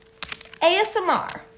ASMR